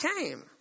came